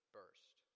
burst